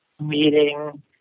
meeting